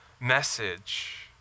message